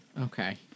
Okay